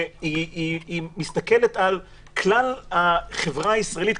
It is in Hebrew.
שמסתכלת על כלל החברה הישראלית,